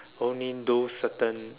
only those certain